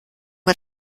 hat